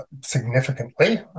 significantly